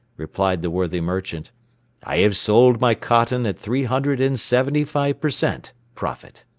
replied the worthy merchant i have sold my cotton at three hundred and seventy-five per cent. profit.